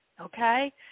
Okay